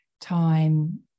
time